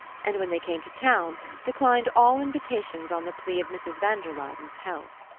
and when they came to town, declined all invitations on the plea of mrs. van der luyden's health.